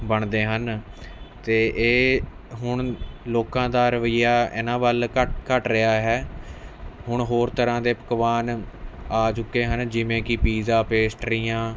ਬਣਦੇ ਹਨ ਅਤੇ ਇਹ ਹੁਣ ਲੋਕਾਂ ਦਾ ਰਵੱਈਆ ਇਹਨਾਂ ਵੱਲ ਘੱਟ ਘੱਟ ਰਿਹਾ ਹੈ ਹੁਣ ਹੋਰ ਤਰ੍ਹਾਂ ਦੇ ਪਕਵਾਨ ਆ ਚੁੱਕੇ ਹਨ ਜਿਵੇਂ ਕਿ ਪੀਜ਼ਾ ਪੇਸਟਰੀਆਂ